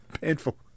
Painful